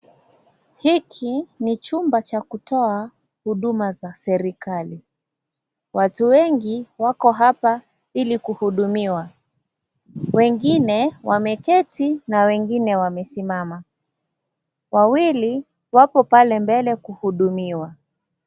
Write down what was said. Hiki ni chumba cha kutoa huduma za serikali, watu wengi wako hapa ili kuhudumiwa, wengine wameketi na wengine wamesiama, wawili wako pale mbele kuhudumiwa.